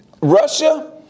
Russia